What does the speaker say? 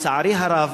לצערי הרב,